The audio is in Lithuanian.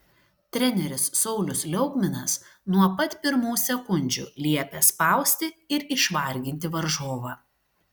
treneris saulius liaugminas nuo pat pirmų sekundžių liepė spausti ir išvarginti varžovą